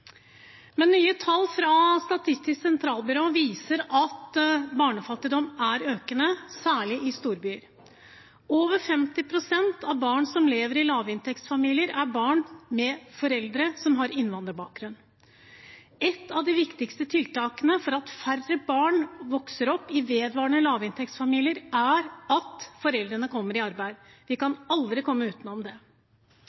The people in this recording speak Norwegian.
Men nye tall fra Statistisk sentralbyrå viser at barnefattigdom er økende, særlig i storbyer. Over 50 pst. av barn som lever i lavinntektsfamilier, er barn med foreldre som har innvandrerbakgrunn. Et av de viktigste tiltakene for at færre barn vokser opp i vedvarende lavinntektsfamilier, er at foreldrene kommer i arbeid. Vi kan